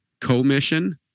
commission